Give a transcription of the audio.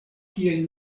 kiel